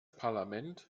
parlament